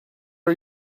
are